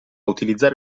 utilizzare